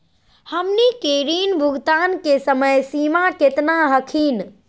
हमनी के ऋण भुगतान के समय सीमा केतना हखिन?